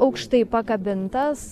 aukštai pakabintas